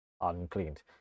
uncleaned